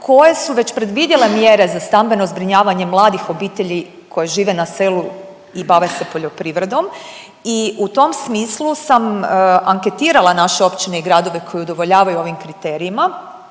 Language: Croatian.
koje su već predvidjele mjere za stambeno zbrinjavanje mladih obitelji koje žive na selu i bave se poljoprivredom i u tom smislu sam anketirala naše općine i gradove koji udovoljavaju ovim kriterijima,